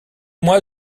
moi